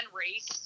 Race